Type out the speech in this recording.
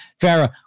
Farah